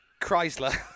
Chrysler